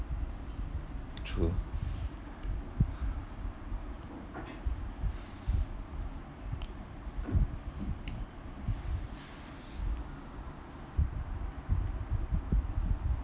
true